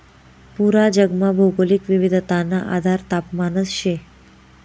पूरा जगमा भौगोलिक विविधताना आधार तापमानच शे